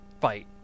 fight